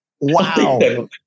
Wow